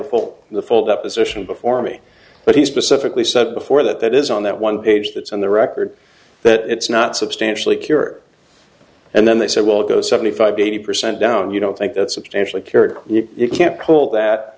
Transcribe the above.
a full the full deposition before me but he specifically said before that that is on that one page that's on the record that it's not substantially cure and then they said well go seventy five eighty percent down you don't think that substantially cured you can't poll that